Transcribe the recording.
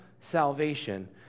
salvation